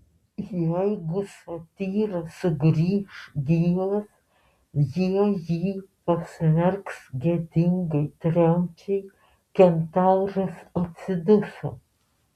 jeigu satyras sugrįš gyvas jie jį pasmerks gėdingai tremčiai kentauras atsiduso